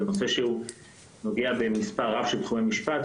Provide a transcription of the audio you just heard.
זה נושא שנוגע במספר רב של תחומי משפט,